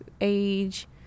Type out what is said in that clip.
age